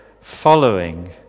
following